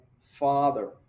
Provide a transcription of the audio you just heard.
father